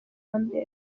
mbere